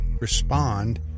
respond